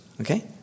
okay